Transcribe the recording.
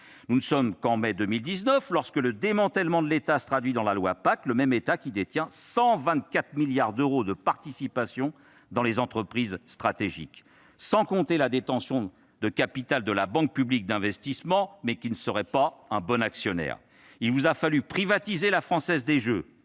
Nous ne sommes qu'en mai 2019 lorsque le démantèlement de l'État se traduit dans la loi Pacte, ce même État détenant 124 milliards d'euros de participation dans des entreprises stratégiques, sans compter le capital détenu par la Banque publique d'investissement, laquelle n'est pas, nous dit-on, un « bon actionnaire »-. Il vous a fallu privatiser la Française des jeux,